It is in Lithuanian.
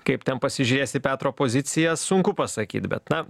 kaip ten pasižiūrėjęs į petro poziciją sunku pasakyt bet na